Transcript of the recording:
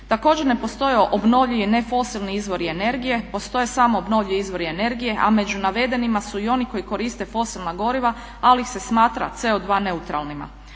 Također, ne postoje obnovljivi nefosilni izvori energije, postoje samo obnovljivi izvori energije, a među navedenima su i oni koji koriste fosilna goriva ali ih se smatra CO2 neutralnima.